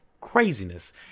craziness